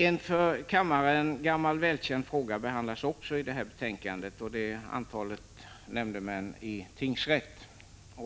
En för kammaren gammal välkänd fråga behandlas också i det här betänkandet och det är antalet nämndemän i tingsrätt.